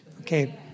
Okay